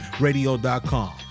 Radio.com